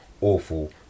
awful